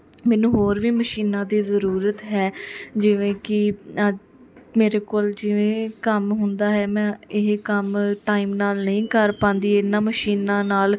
ਮੈਨੂੰ ਹੋਰ ਵੀ ਮਸ਼ੀਨਾਂ ਦੀ ਜ਼ਰੂਰਤ ਹੈ ਜਿਵੇਂ ਕਿ ਮੇਰੇ ਕੋਲ ਜਿਵੇਂ ਕੰਮ ਹੁੰਦਾ ਹੈ ਮੈਂ ਇਹ ਕੰਮ ਟਾਈਮ ਨਾਲ ਨਹੀਂ ਕਰ ਪਾਉਂਦੀ ਇਹਨਾਂ ਮਸ਼ੀਨਾਂ ਨਾਲ